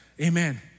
Amen